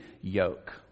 yoke